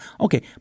Okay